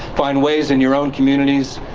find ways in your own communities,